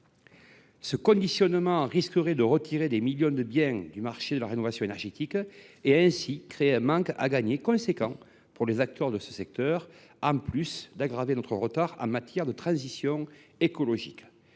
Ce conditionnement risquerait de retirer des millions de biens du marché de la rénovation énergétique et, ainsi, de créer un manque à gagner important pour les acteurs du secteur, en plus d’aggraver notre retard en matière de transition écologique.